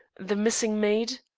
the missing maid?